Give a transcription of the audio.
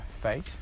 fate